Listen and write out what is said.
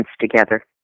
together